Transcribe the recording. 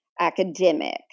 academic